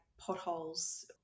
potholes